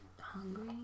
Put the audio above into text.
hungry